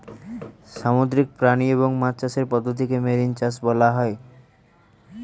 সামুদ্রিক প্রাণী ও মাছ চাষের পদ্ধতিকে মেরিন চাষ বলা হয়